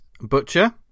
Butcher